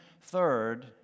third